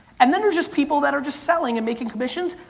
and then there's just people that are just selling and making commissions,